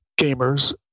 gamers